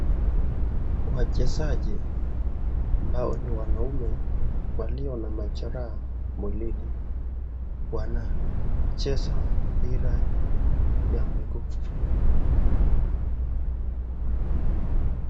Wachezaji ambao ni wanaume walio na majeraha mwilini wanacheza mpira ya miguu.